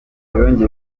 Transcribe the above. kandi